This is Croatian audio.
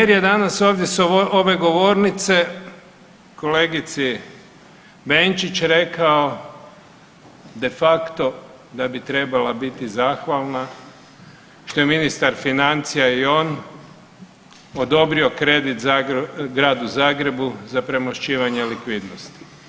Premijer je danas ovdje s ove govornice kolegici Benčić rekao de facto da bi trebala biti zahvalna što je ministar financija i on odobrio kredit Gradu Zagrebu za premošćivanje likvidnosti.